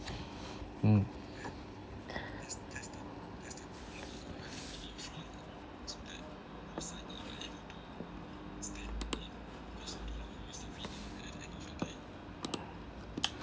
mm